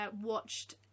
watched